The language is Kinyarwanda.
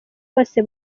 bose